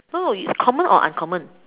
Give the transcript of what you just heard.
no you common or uncommon